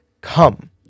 come